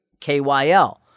KYL